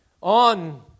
on